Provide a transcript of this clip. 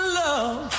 love